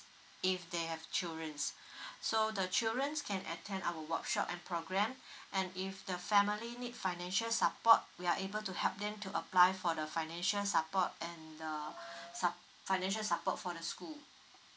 if they have children so the children can attend our workshop and program and if the family need financial support we are able to help them to apply for the financial support and the financial support for the school